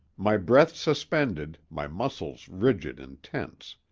my breath suspended, my muscles rigid and tense.